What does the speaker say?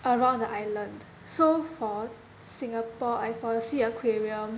around the island so for Singapore like for SEA aquarium